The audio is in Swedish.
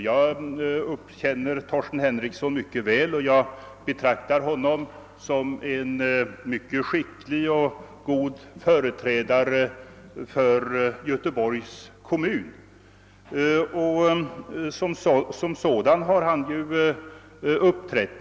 Jag känner Torsten Henrikson mycket väl och betraktar honom som en skicklig och god företrädare för Göteborgs kommun. Som sådan har han också uppträtt.